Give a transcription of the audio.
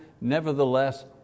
nevertheless